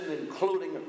including